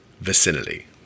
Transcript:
vicinity